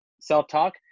self-talk